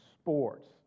sports